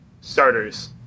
starters